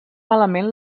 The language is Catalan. malament